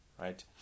right